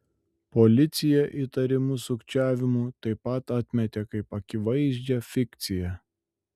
policija įtarimus sukčiavimu taip pat atmetė kaip akivaizdžią fikciją